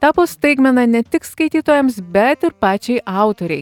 tapo staigmena ne tik skaitytojams bet ir pačiai autorei